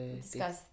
discuss